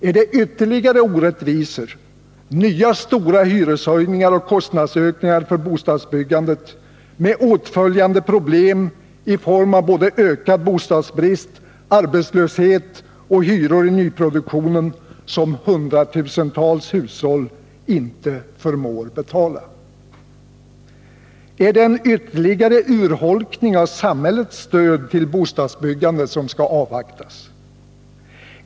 Är det ytterligare orättvisor, nya stora hyreshöjningar och kostnadsökningar för bostadsbyggandet med problem i form av ökad bostadsbrist, arbetslöshet och hyror i nyproduktionen som hundratusentals hushåll inte förmår betala? Är det en ytterligare urholkning av samhällets stöd till bostadsbyggande som skall avvaktas?